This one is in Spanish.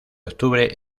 octubre